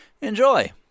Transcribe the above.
enjoy